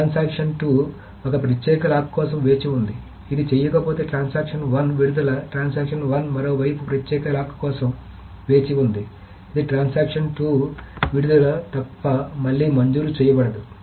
transaction 2 ఒక ప్రత్యేక lock కోసం వేచి ఉంది ఇది చేయకపోతే ట్రాన్సాక్షన్ 1 విడుదల ట్రాన్సాక్షన్ 1 మరోవైపు ప్రత్యేక లాక్ కోసం వేచి ఉంది ఇది ట్రాన్సాక్షన్ 2 విడుదలలు తప్ప మళ్లీ మంజూరు చేయబడదు